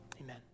Amen